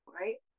right